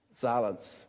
silence